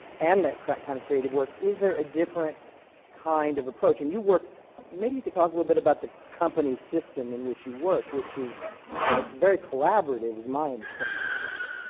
and that kind of creative work. is there a different kind of approach? and you work maybe you could talk a little bit about the company's system in which you work, which is very collaborative, is my understanding about it.